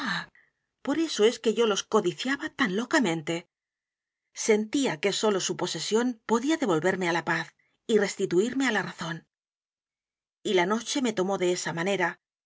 por eso es que yo los codiciaba tan locamente sentía que sólo su posesión podía devolverme á la paz y restituirme á la razón y la noche me tomó de esa manera